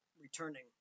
returning